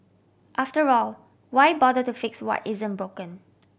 after all why bother to fix what isn't broken